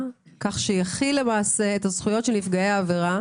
כך שיכיל למעשה את זכויות נפגעי העבירה